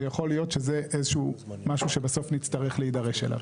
ויכול להיות שזה איזשהו משהו שבסוף נצטרך להידרש אליו.